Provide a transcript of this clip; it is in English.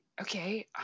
okay